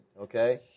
okay